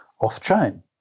off-chain